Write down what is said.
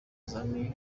azanye